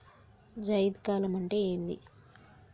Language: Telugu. జైద్ కాలం అంటే ఏంది?